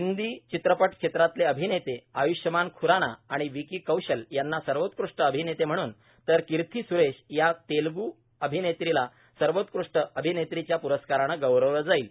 हिंदी चित्रपट क्षेत्रातले अभिनेते आय्षमान खुराना आणि विकी कौशल यांना सर्वोत्कृष्ट अभिनेते म्हणून तर किर्थी सुरेश या तेलुगू अभिनेत्रीला सर्वोत्कृष्ट अभिनेत्रिच्या पुरस्कारानं गौरवलं जाईल